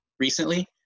recently